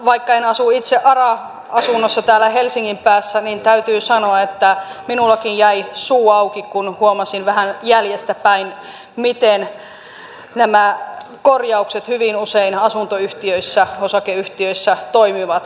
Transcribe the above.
vaikka en asu itse ara asunnossa täällä helsingin päässä niin täytyy sanoa että minullakin jäi suu auki kun huomasin vähän jäljestäpäin miten nämä korjaukset hyvin usein asunto osakeyhtiöissä toimivat